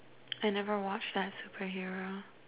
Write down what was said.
I never watched that superhero